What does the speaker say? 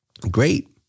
great